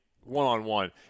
one-on-one